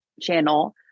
channel